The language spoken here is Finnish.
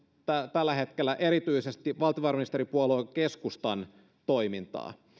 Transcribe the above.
tällä hetkellä erityisesti valtiovarainministeripuolue keskustan toimintaa